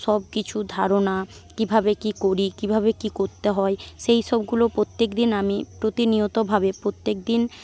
সব কিছু ধারণা কীভাবে কী করি কীভাবে কী করতে হয় সেই সবগুলো প্রত্যেকদিন আমি প্রতিনিয়তভাবে প্রত্যেকদিন